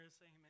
amen